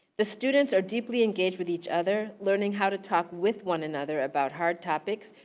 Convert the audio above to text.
the students are deeply engaged with each other. learning how to talk with one another about hard topics,